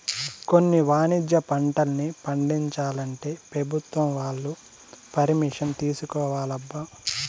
కొన్ని వాణిజ్య పంటల్ని పండించాలంటే పెభుత్వం వాళ్ళ పరిమిషన్ తీసుకోవాలబ్బా